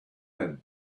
had